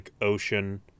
ocean